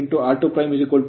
ಆದ್ದರಿಂದ r2 ನಮಗೆ 0